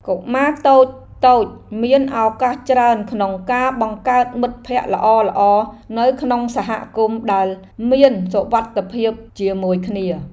កុមារតូចៗមានឱកាសច្រើនក្នុងការបង្កើតមិត្តភក្តិល្អៗនៅក្នុងសហគមន៍ដែលមានសុវត្ថិភាពជាមួយគ្នា។